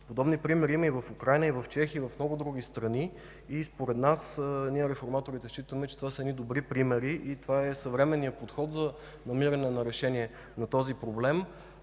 Подобни примери има и в Украйна, и в Чехия, и в много други страни. Ние реформаторите считаме, че това са добри примери и това е съвременният подход за намиране на решение на този проблем.